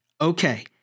Okay